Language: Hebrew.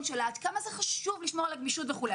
עד כמה זה חשוב לשמור על הגמישות וכולי.